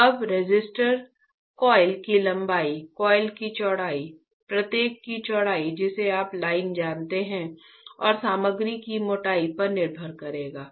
तो अब resistor coil की लंबाई कॉइल की चौड़ाई प्रत्येक की चौड़ाई जिसे आप लाइन जानते हैं और सामग्री की मोटाई पर निर्भर करेगा